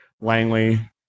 Langley